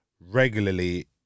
regularly